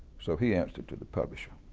so he answered to the publisher.